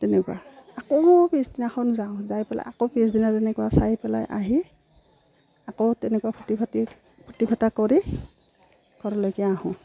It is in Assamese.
তেনেকুৱা আকৌ পিছদিনাখন যাওঁ যাই পেলাই আকৌ পিছদিনা যেনেকুৱা চাই পেলাই আহি আকৌ তেনেকুৱা ফূৰ্তি ফাৰ্টা ফূৰ্তি ফাৰ্টা কৰি ঘৰলৈকে আহোঁ